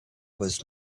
was